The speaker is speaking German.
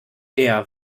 der